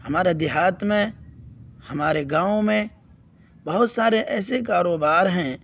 ہمارے دیہات میں ہمارے گاؤں میں بہت سارے ایسے کاروبار ہیں